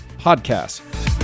podcast